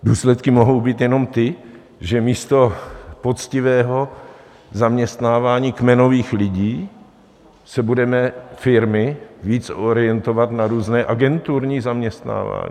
Důsledky mohou být jenom ty, že místo poctivého zaměstnávání kmenových lidí se budou firmy víc orientovat na různé agenturní zaměstnávání.